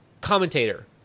commentator